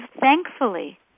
thankfully